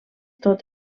tot